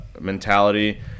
mentality